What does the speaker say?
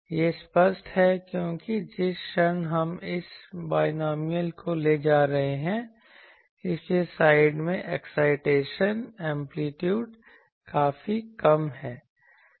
यह स्पष्ट है क्योंकि जिस क्षण हम इस बायनॉमियल को ले जा रहे हैं इसलिए साइड में एक्साइटेशनएंप्लीट्यूड काफी कम है